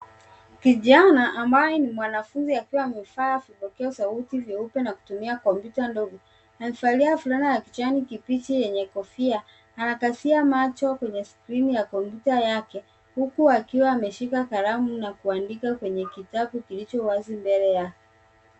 Kijana ambaye ni mwanafunzi akiwa amevaa vipokea sauti vyeupe na kutumia kompyuta ndogo. Amevalia fulana ya kijani kibichi yenye kofia. Anakazia macho kwenye skrini ya kompyuta yake huku akiwa ameshika kalamu na kuandika kwenye kitabu kilicho wazi mbele yake.